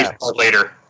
later